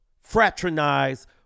fraternize